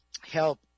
help